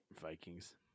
Vikings